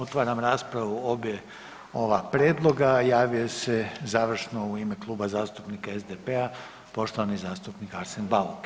Otvaram raspravu o ova oba prijedloga, javio se završno u ime Kluba zastupnika SDP-a poštovani zastupnik Arsen Bauk.